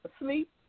asleep